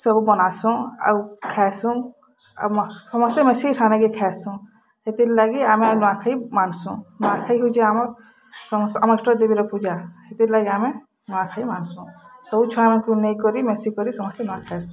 ସବୁ ବନାସୁଁ ଆଉ ଖାଇସୁଁ ଆମ ସମସ୍ତେ ମିଶି ଖାଇସୁଁ ସେଥିର୍ ଲାଗି ଆମେ ନୁଆଁଖାଇ ମାନ୍ସୁଁ ନୂଆଁଖାଇ ହଉଛି ଆମର୍ ସମସ୍ତ ଆମର୍ ଇଷ୍ଟ ଦେବୀରେ ପୂଜା ହେଥିର୍ ଲାଗି ଆମେ ନୂଆଁଖାଇ ମାନ୍ସୁଁ ସବୁ ଛୁଆମାନକୁ ନେଇକରି ମିଶିକରି ସମସ୍ତେ ନୂଆଁଖାଇସୁଁ